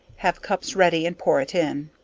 have cups ready and pour it in.